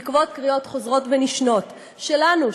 בעקבות קריאות חוזרות ונשנות שלנו,